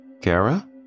Kara